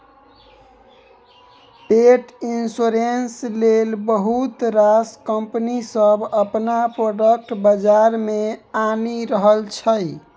पेट इन्स्योरेन्स लेल बहुत रास कंपनी सब अपन प्रोडक्ट बजार मे आनि रहल छै